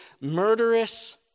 murderous